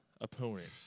opponent